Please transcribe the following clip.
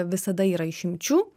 visada yra išimčių